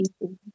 people